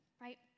Right